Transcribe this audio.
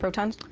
protons?